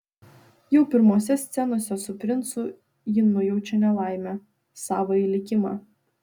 jau pirmose scenose su princu ji nujaučia nelaimę savąjį likimą